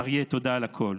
אריה, תודה על הכול.